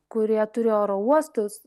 kurie turi oro uostus